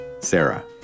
Sarah